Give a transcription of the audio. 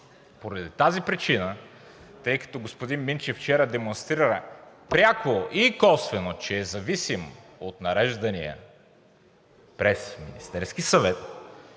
Поради тази причина, тъй като господин Минчев вчера демонстрира пряко и косвено, че е зависим от нареждания през Министерския съвет,